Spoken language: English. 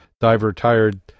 diver-tired